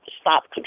stop